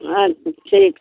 अच्छा ठीक छै